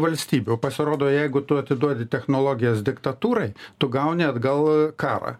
valstybių o pasirodo jeigu tu atiduodi technologijas diktatūrai tu gauni atgal karą